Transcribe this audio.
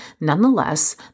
Nonetheless